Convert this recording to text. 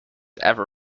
ever